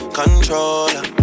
controller